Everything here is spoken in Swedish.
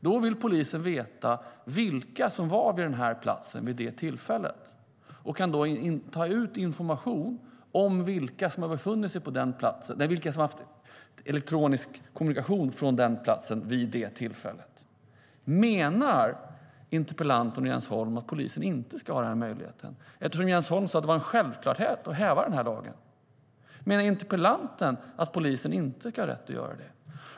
Då vill polisen veta vilka som fanns vid den platsen vid det tillfället och kan då ta ut information om vilka som har haft elektronisk kommunikation från den platsen vid det tillfället. Menar interpellanten och Jens Holm att polisen inte ska ha den möjligheten? Jens Holm sade ju att det var en självklarhet att häva lagen. Menar interpellanten att polisen inte ska ha rätt att göra detta?